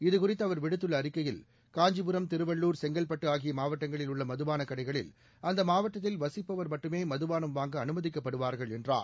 இதுகுறித்து அவர் விடுத்துள்ள அறிக்கையில் காஞ்சிபுரம் திருவள்ளூர் செங்கல்பட்டு ஆகிய மாவட்டங்களில் உள்ள மதுபான கடைகளில் அந்த மாவட்டத்தில் வசிப்பவர் மட்டுமே மதுபானம் வாங்க அனுமதிக்கப்படுவார்கள் என்றார்